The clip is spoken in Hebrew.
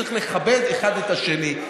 צריך לכבד אחד את השני.